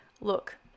look